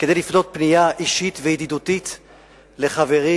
כדי לפנות פנייה אישית וידידותית לחברי,